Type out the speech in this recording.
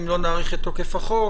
אם לא נאריך את תוקף החוק,